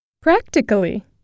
Practically